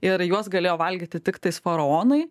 ir juos galėjo valgyti tiktai faraonai